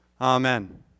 Amen